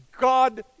God